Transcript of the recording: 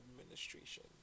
administration